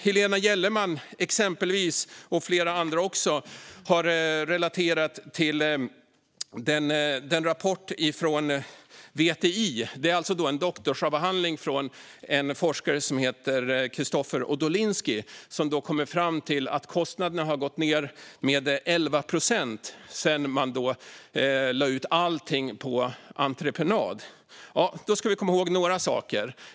Exempelvis Helena Gellerman och också flera andra har relaterat till rapporten från VTI. Det är alltså en doktorsavhandling från en forskare som heter Kristofer Odolinski, som kommit fram till att kostnaderna har gått ned med 11 procent sedan man lade ut allting på entreprenad. Då ska vi komma ihåg några saker.